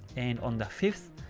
and on the fifth,